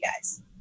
guys